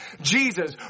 Jesus